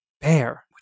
bear